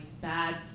bad